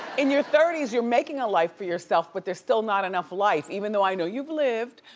in your thirty s you're making a life for yourself but there's still not enough life. even though i know you've lived,